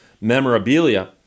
memorabilia